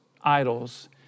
Idols